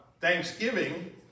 Thanksgiving